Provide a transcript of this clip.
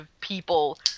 people